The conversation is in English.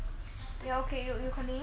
ya okay you continue